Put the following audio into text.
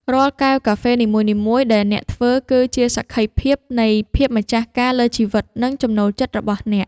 រាល់កែវកាហ្វេនីមួយៗដែលអ្នកធ្វើ គឺជាសក្ខីភាពនៃភាពម្ចាស់ការលើជីវិត និងចំណូលចិត្តរបស់អ្នក។